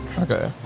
Okay